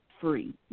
free